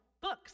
books